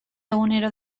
egunero